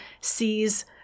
sees